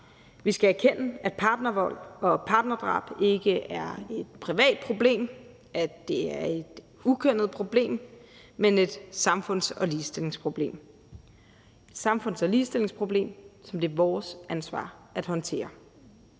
Vi skal erkende, at partnervold og partnerdrab ikke er et privat problem, et ukønnet problem, men et samfunds- og ligestillingsproblem, som det er vores ansvar at håndtere.